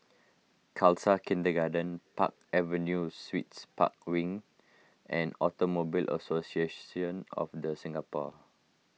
Khalsa Kindergarten Park Avenue Suites Park Wing and Automobile Association of the Singapore